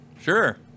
Sure